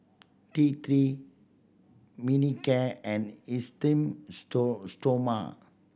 T Three Manicare and Esteem Stoma